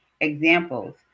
examples